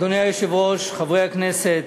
אדוני היושב-ראש, חברי הכנסת,